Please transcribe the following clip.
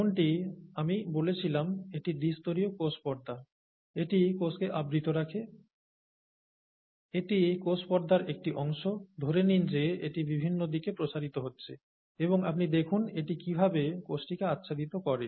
যেমনটি আমি বলেছিলাম এটি দ্বিস্তরীয় কোষ পর্দা এটি কোষকে আবৃত রাখে এটি কোষ পর্দার একটি অংশ ধরে নিন যে এটি বিভিন্ন দিকে প্রসারিত হচ্ছে এবং আপনি দেখুন এটি কীভাবে কোষটিকে আচ্ছাদিত করে